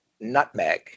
nutmeg